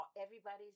everybody's